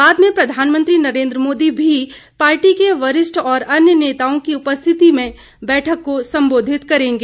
बाद में प्रधानमंत्री नरेंद्र मोदी भी पार्टी के वरिष्ठ और अन्य नेताओं की उपस्थिति में बैठक को संबोधित करेंगे